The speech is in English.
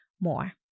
more